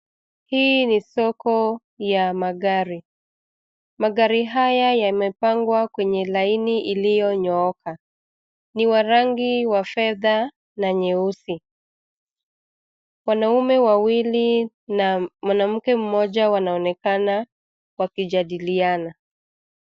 Hii ni soko ya magari. Magari haya yamepangwa kwenye laini iliyonyooka. Ni wa rangi wa fedha na nyeusi. Wanaume wawili na mwamake mmoja wanaonekana wakijadiliana.